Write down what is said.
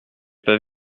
pas